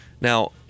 Now